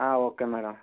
okay madam